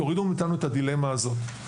תורידו מאתנו את הדילמה הזאת.